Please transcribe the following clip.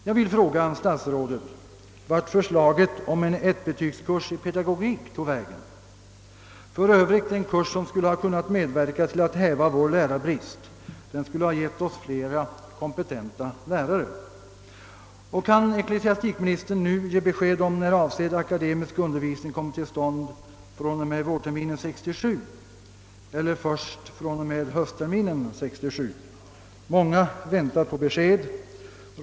Jag vill fråga statsrådet vart förslaget om en ettbetygskurs i pedagogik tog vägen, en kurs som skulle ha kunnat medverka till att häva vår lärarbrist eftersom den skulle ha gett oss flera kompetenta lärare. Kan ecklesiastikministern nu ge besked om huruvida avsedd akademisk undervisning kommer till stånd fr.o.m. vårterminer 1967 eller kanske först fr.o.m. höst terminen 1967? Många väntar på be sked.